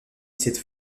cette